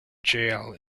jail